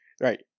right